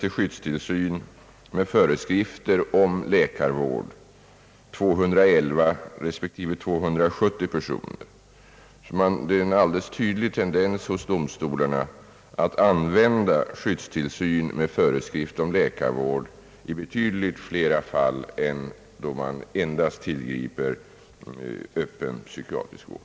Till skyddstillsyn med föreskrifter om läkarvård dömdes samma år 211 respektive 270 personer. Det är en alldeles tydlig tendens hos domstolarna att använda skyddstillsyn med föreskrift om läkarvård i avsevärt större utsträckning än enbart överlämnande till öppen psykiatrisk vård.